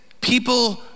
people